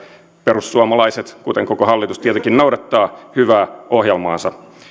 perussuomalaiset kuten koko hallitus tietenkin noudattavat hyvää ohjelmaansa